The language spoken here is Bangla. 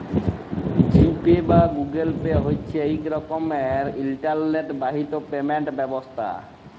জি পে বা গুগুল পে হছে ইক রকমের ইলটারলেট বাহিত পেমেল্ট ব্যবস্থা